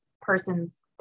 person's